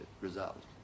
result